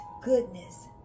goodness